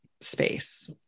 space